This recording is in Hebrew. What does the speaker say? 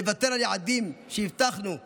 לוותר על יעדים שהבטחנו לבוחרינו,